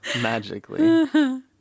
magically